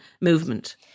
movement